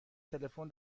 تلفن